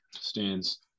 stands